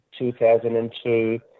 2002